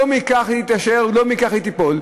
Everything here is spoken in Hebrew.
לא מכך היא תתעשר ולא מכך היא תיפול.